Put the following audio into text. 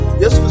yes